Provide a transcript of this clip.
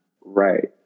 right